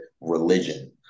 religion